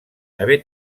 haver